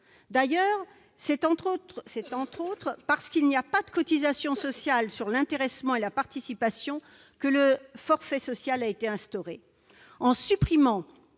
D'ailleurs, c'est, entre autres raisons, parce qu'il n'y a pas de cotisations sociales sur l'intéressement et la participation que le forfait social a été instauré. En supprimant